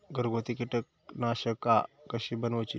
घरगुती कीटकनाशका कशी बनवूची?